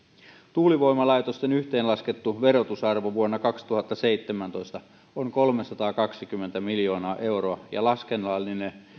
tuulivoimalaitosten yhteenlaskettu verotusarvo vuonna kaksituhattaseitsemäntoista on kolmesataakaksikymmentä miljoonaa euroa ja laskennallinen